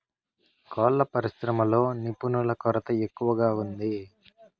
కోళ్ళ పరిశ్రమలో నిపుణుల కొరత ఎక్కువగా ఉంది